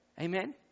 Amen